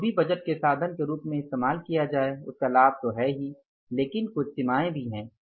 तो जो भी बजट को साधन के रूप में इस्तमाल किया जाये उसका लाभ तो है ही लेकिन कुछ सीमाएँ भी हैं